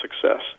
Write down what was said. success